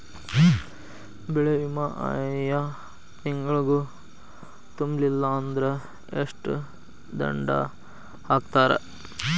ಬೆಳೆ ವಿಮಾ ಆಯಾ ತಿಂಗ್ಳು ತುಂಬಲಿಲ್ಲಾಂದ್ರ ಎಷ್ಟ ದಂಡಾ ಹಾಕ್ತಾರ?